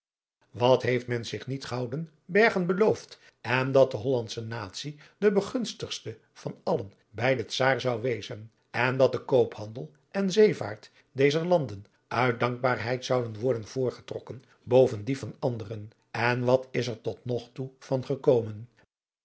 wat heeft men zich niet gouden bergen beloofd en dat de hollandsche natie de begunstigdste van allen bij den czaar zou wezen en dat de koophandel en zeevaart dezer landen uit dankbaarheid zouden worden voorgetrokken boven die van anderen en wat is er tot nog toe van gekomen